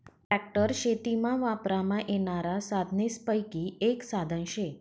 tractor शेतीमा वापरमा येनारा साधनेसपैकी एक साधन शे